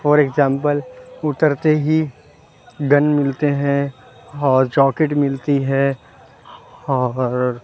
four example اترتے ہی گن ملتے ہیں اور چوکٹ ملتی ہے اور